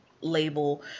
label